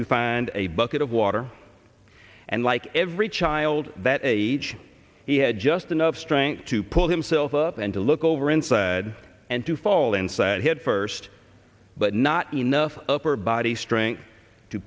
to find a bucket of water and lie every child that age he had just enough strength to pull himself up and to look over inside and to fall inside headfirst but not enough upper body strength to